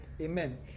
Amen